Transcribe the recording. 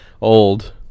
old